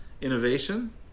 innovation